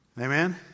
Amen